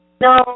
No